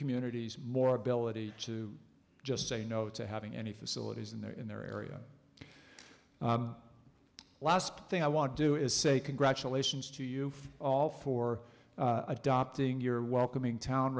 communities more ability to just say no to having any facilities in their in their area last thing i want to do is say congratulations to you all for adopting your welcoming town